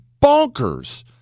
bonkers